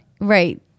Right